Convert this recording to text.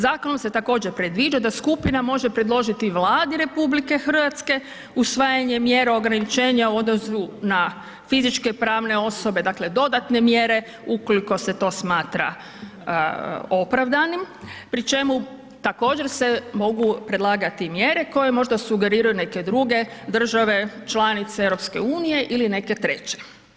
Zakonom se također predviđa da skupina može predložiti Vladi RH usvajanje mjera ograničenja u odnosu na fizičke i pravne osobe, dakle dodatne mjere ukoliko se to smatra opravdanim, pri čemu također se mogu predlagati mjere koje možda sugeriraju neke druge države članice EU ili neke treće.